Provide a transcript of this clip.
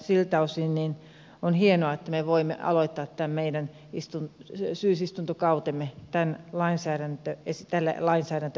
siltä osin on hienoa että me voimme aloittaa tämän meidän syysistuntokautemme tällä lainsäädäntöesityksellä